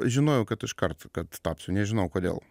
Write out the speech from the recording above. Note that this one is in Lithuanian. žinojau kad iškart kad tapsiu nežinau kodėl